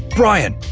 brian!